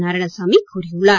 நாராயணசாமி கூறியுள்ளார்